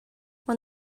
when